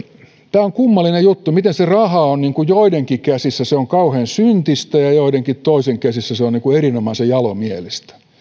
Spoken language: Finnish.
tämä on kummallinen juttu miten raha on joidenkin käsissä kauhean syntistä ja joidenkin toisien käsissä se on niin kuin erinomaisen jalomielistä